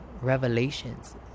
revelations